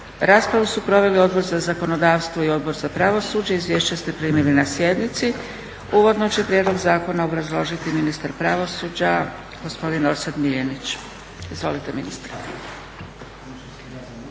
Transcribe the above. Raspravu su proveli Odbor za zakonodavstvo i Odbor za pravosuđe. Izvješća ste primili na sjednici. Uvodno će prijedlog zakona obrazložiti ministar pravosuđa gospodin Orsat Miljenić. Izvolite ministre.